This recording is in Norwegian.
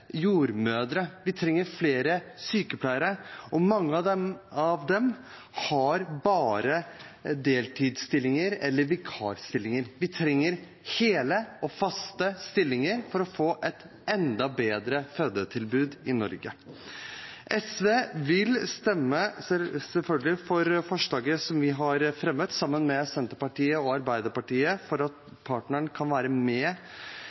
jordmødre. Vi trenger flere sykepleiere. Og mange av dem har bare deltidsstillinger eller vikarstillinger. Vi trenger hele og faste stillinger for å få et enda bedre fødetilbud i Norge. SV vil selvfølgelig stemme for forslaget vi har fremmet sammen med Senterpartiet og Arbeiderpartiet, om at partneren kan være med,